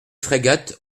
frégates